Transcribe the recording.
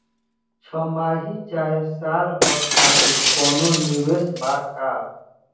छमाही चाहे साल भर खातिर कौनों निवेश बा का?